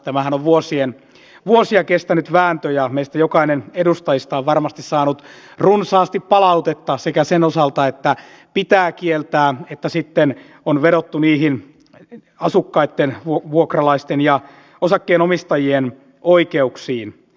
tämähän on vuosia kestänyt vääntö ja jokainen meistä edustajista on varmasti saanut runsaasti palautetta sekä sen osalta että pitää kieltää että sitten on vedottu niihin asukkaitten vuokralaisten ja osakkeenomistajien oikeuksiin